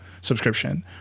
subscription